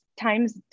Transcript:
times